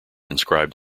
inscribed